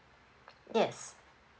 yes